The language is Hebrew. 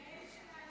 יעל שלנו.